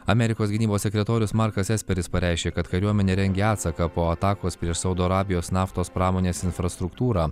amerikos gynybos sekretorius markas esperis pareiškė kad kariuomenė rengia atsaką po atakos prieš saudo arabijos naftos pramonės infrastruktūrą